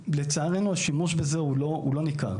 לצערנו, השימוש בזה הוא לא ניכר.